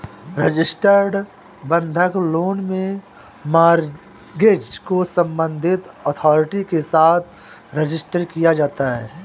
registered बंधक loan में mortgage को संबंधित अथॉरिटी के साथ रजिस्टर किया जाता है